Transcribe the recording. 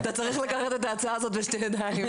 אתה צריך לקחת את ההצעה הזו בשתי ידיים.